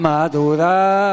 Madura